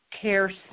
care